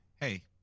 Hey